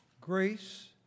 grace